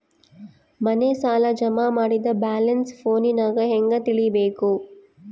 ಮನೆ ಸಾಲ ಜಮಾ ಮಾಡಿದ ಬ್ಯಾಲೆನ್ಸ್ ಫೋನಿನಾಗ ಹೆಂಗ ತಿಳೇಬೇಕು?